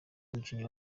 umukinnyi